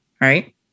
right